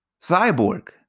Cyborg